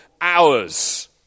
hours